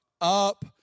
up